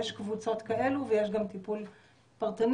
יש קבוצות כאלה ויש גם טיפול פרטני.